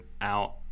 out